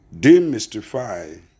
demystify